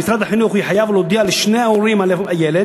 משרד החינוך יהיה חייב להודיע לשני ההורים על הילד,